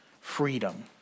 Freedom